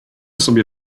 sobie